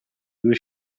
due